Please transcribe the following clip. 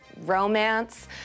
romance